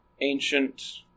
ancient